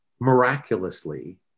miraculously